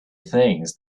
things